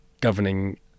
governing